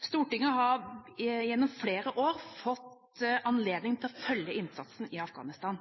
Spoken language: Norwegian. Stortinget har gjennom flere år fått anledning til å følge innsatsen i Afghanistan.